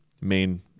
main